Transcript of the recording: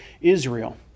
Israel